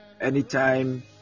Anytime